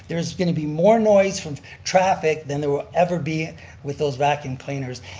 there's going to be more noise from traffic than there will ever be with those vacuum cleaners.